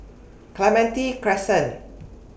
Clementi Crescent